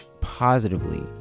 positively